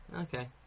Okay